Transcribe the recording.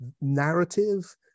narrative